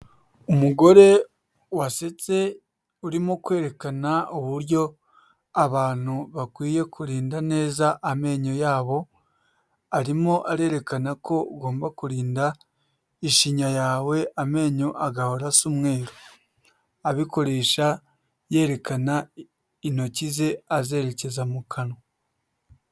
Umugore wasetse urimo kwerekana uburyo abantu bakwiye kurinda neza amenyo yabo, arimo arerekana ko ugomba kurinda ishinya yawe amenyo agahora asa umweru, abikoresha yerekana intoki ze azerekeza mu kanwa.